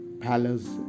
palace